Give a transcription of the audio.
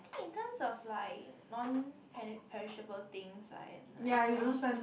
I think in terms of like non peni~ perishable things I I don't really spend